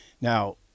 now